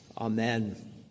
Amen